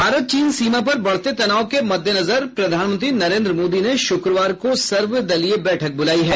भारत चीन सीमा पर बढ़ते तनाव के मद्देनजर प्रधानमंत्री नरेंद्र मोदी ने श्रक्रवार को सर्वदलीय बैठक बुलाई है